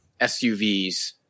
SUVs